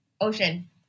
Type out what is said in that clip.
ocean